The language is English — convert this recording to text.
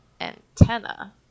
antenna